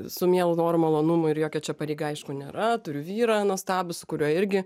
su mielu noru malonumu ir jokia čia pareiga aišku nėra turiu vyrą nuostabų su kuriuo irgi